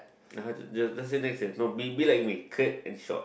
(uh huh) just let's say next leh no be be like me clear and short